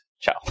Ciao